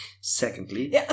Secondly